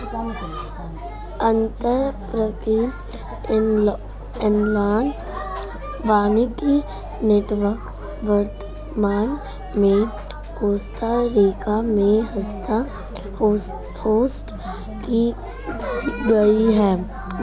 अंतर्राष्ट्रीय एनालॉग वानिकी नेटवर्क वर्तमान में कोस्टा रिका में होस्ट की गयी है